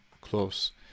close